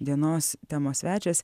dienos temos svečias